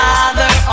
Father